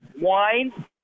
wine